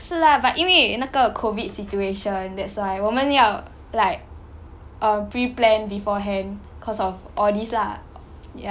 是啦 but 因为那个 COVID situation that's why 我们要 like um pre-plan beforehand cause of all these lah